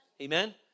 Amen